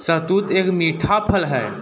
शहतूत एक मीठा फल है